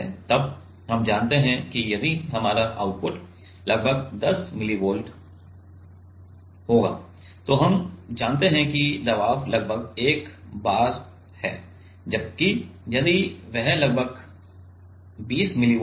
तब हम जानते हैं कि यदि हमारा आउटपुट लगभग 10 मिलीवोल्ट है तो हम जानते हैं कि दबाव लगभग 1 bar है जबकि यदि यह लगभग 20 मिलीवोल्ट है